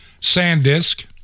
SanDisk